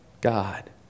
God